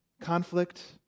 Conflict